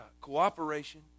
cooperation